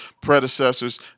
predecessors